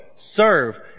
serve